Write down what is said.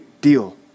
deal